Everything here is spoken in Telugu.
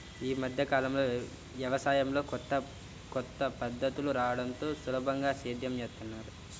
యీ మద్దె కాలంలో యవసాయంలో కొత్త కొత్త పద్ధతులు రాడంతో సులభంగా సేద్యం జేత్తన్నారు